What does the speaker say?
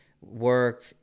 work